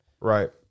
Right